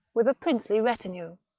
with a princely retinue.